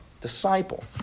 Disciple